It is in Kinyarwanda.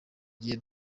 igihe